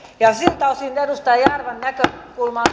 siltä osin edustaja jarvan näkökulma